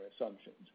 assumptions